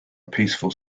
peaceful